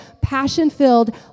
passion-filled